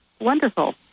Wonderful